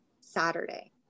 Saturday